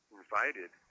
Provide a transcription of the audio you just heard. invited